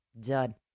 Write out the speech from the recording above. done